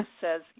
says